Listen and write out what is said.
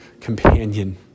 companion